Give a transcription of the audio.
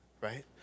right